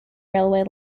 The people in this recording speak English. railway